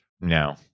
No